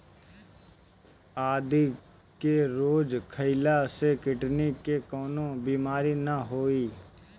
आदि के रोज खइला से किडनी के कवनो बीमारी ना होई